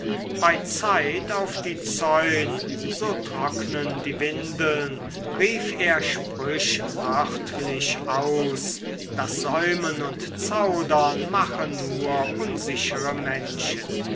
bei zeit auf die zäun so trocknen die windeln rief er sprüchwörtlich aus das säumen und zaudern mache nur unsichere menschen